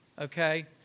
okay